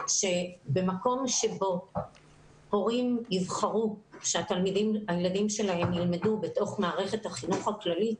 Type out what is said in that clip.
שבמקום שבו הורים יבחרו שהילדים שלהם ילמדו בתוך מערכת החינוך הכללית,